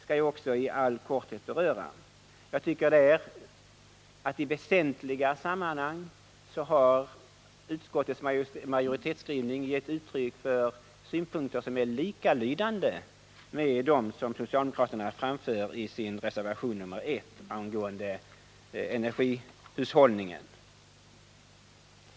Jag tycker att utskottets majoritetsskrivning därvidlag i väsentliga sammanhang har gett uttryck för synpunkter som är likalydande med dem som socialdemokraterna framför i sin reservation 1 angående energihushållning.